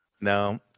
No